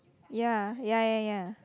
ya ya ya ya